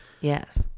Yes